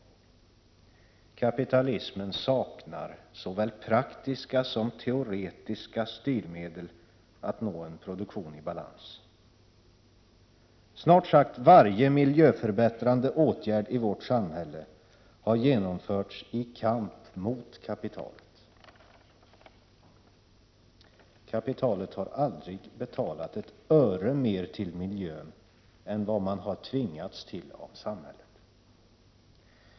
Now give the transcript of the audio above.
Kapitalismen saknar såväl praktiska som teoretiska styrmedel för att nå en produktion i balans. Snart sagt varje miljöförbättrande åtgärd i vårt samhälle har genomförts i kamp mot kapitalet. Kapitalet har aldrig betalat ett öre mer till miljön än vad samhället har tvingat fram.